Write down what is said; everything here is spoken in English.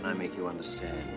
make you understand?